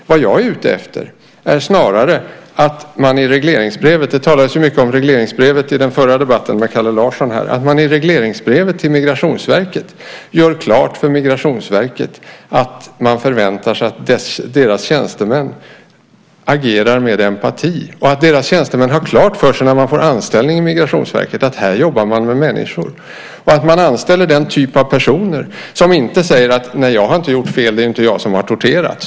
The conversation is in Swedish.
Vad jag är ute efter är snarare att man i regleringsbrevet till Migrationsverket - det talades mycket om regleringsbrevet i förra debatten här med Kalle Larsson - gör klart för Migrationsverket att man förväntar sig att dess tjänstemän agerar med empati och att dess tjänstemän när de får anställning i Migrationsverket har klart för sig att där jobbas det med människor liksom att den typ av personer anställs som inte säger: Nej, jag har inte gjort fel. Det är inte jag som har torterat.